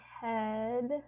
head